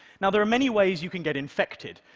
now, there are many ways you can get infected.